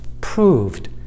proved